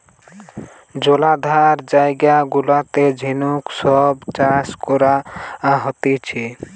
জলাধার জায়গা গুলাতে ঝিনুক সব চাষ করা হতিছে